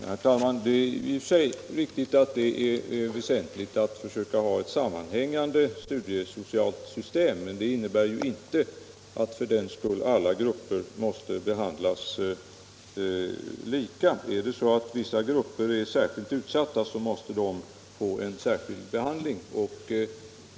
Herr talman! Det är i och för sig riktigt att det är väsentligt att försöka skapa ett sammanhängande studiesocialt system, men det innebär ju för den skull inte att alla grupper måste behandlas lika. Är det så att vissa grupper är särskilt utsatta, måste de få särskild behandling.